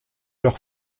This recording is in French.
leur